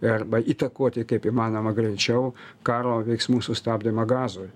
arba įtakoti kaip įmanoma greičiau karo veiksmų sustabdymą gazoj